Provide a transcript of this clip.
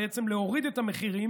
בעצם כדי להוריד את המחירים,